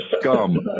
Scum